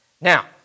Now